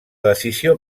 decisió